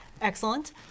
excellent